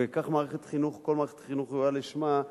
וכך כל מערכת חינוך ראויה לשמה,